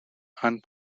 and